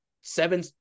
seven